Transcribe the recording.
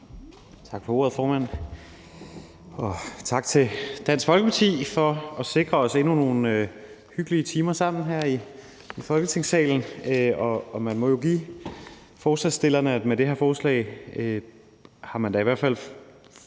Tak for ordet, formand, og tak til Danse Folkeparti for at sikre os endnu nogle hyggelige timer sammen her i Folketingssalen. Og man må jo give forslagsstillerne, at med det her forslag har man da i hvert fald